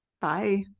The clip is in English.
Bye